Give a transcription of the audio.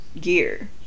gear